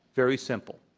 very simple.